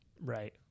Right